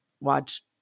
watch